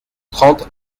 trente